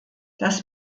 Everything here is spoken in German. das